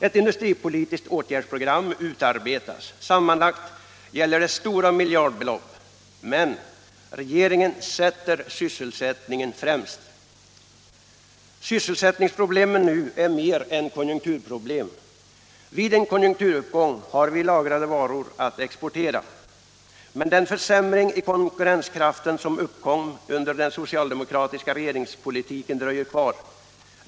Ett industripolitiskt åtgärdsprogram utarbetas. Sammanlagt gäller det stora miljardbelopp, men regeringen sätter sysselsättningen främst. Sysselsättningsproblemen nu är mer än konjunkturproblem. Vid en konjunkturuppgång har vi lagrade varor att exportera. Men den försämring i konkurrenskraften som uppkom under den socialdemokratiska regeringspolitiken dröjer kvar.